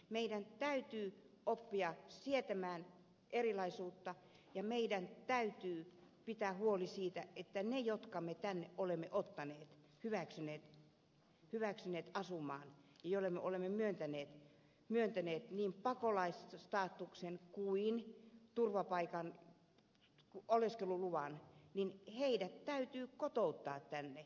meidän täytyy oppia sietämään erilaisuutta ja meidän täytyy pitää huoli siitä että ne jotka me tänne olemme ottaneet hyväksyneet asumaan ja joille me olemme myöntäneet niin pakolaisstatuksen kuin oleskeluluvan täytyy kotouttaa tänne